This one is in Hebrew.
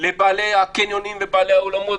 לבעלי הקניונים לבעלי האולמות,